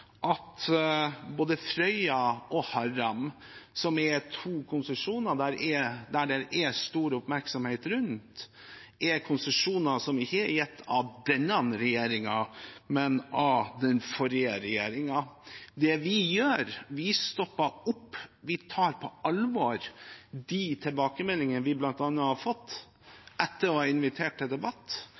er to konsesjoner det er stor oppmerksomhet rundt, er konsesjoner som ikke er gitt av denne regjeringen, men av den forrige regjeringen. Det vi gjør, er at vi stopper opp, vi tar på alvor de tilbakemeldingene vi bl.a. har fått etter å ha invitert til debatt,